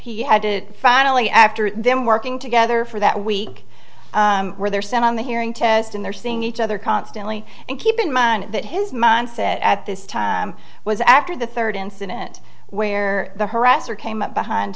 he had to finally after them working together for that week where they're sent on the hearing test and they're seeing each other constantly and keep in mind that his mindset at this time was after the third incident where the harasser came up behind